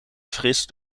fris